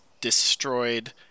destroyed